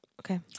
Okay